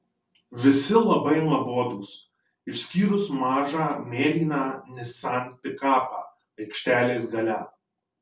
visi labai nuobodūs išskyrus mažą mėlyną nissan pikapą aikštelės gale